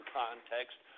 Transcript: context